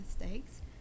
mistakes